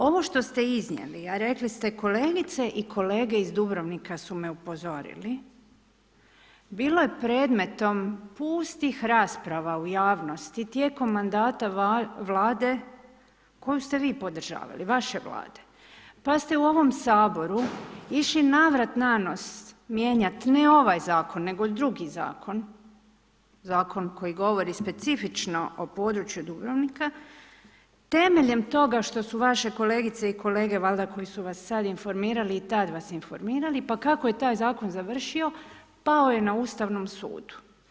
Ovo što ste iznijeli, a rekli ste kolegice i kolege iz Dubrovnika su me upozorili, bilo je predmetom, pustih rasprava u javnosti, tijekom mandata Vlade koju ste vi podržavali, vaše Vlade, pa ste u ovom Saboru, išli navrat na nos, manjiti ne ovaj zakon, nego drugi zakon, zakon koji govori specifično o području Dubrovnika, temeljem toga, što su vaše kolegice i kolege, valjda koji su vas sada informirali i tada vas informirali, pa kako je taj zakon završio, pao je na Ustavnom sudu.